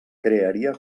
crearia